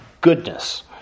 goodness